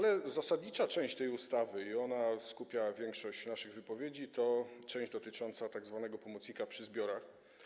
Jednak zasadnicza część tej ustawy, i na niej skupia się większość naszych wypowiedzi, to część dotycząca tzw. pomocnika przy zbiorach.